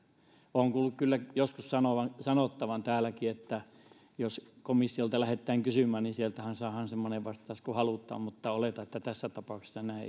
olen kyllä kuullut joskus sanottavan täälläkin että jos komissiolta lähdetään kysymään niin sieltähän saadaan semmoinen vastaus kuin halutaan mutta oletan että tässä tapauksessa näin